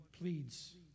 pleads